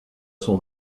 son